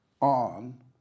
on